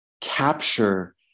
capture